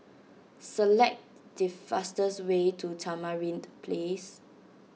select the fastest way to Tamarind Place